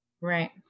right